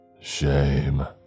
Shame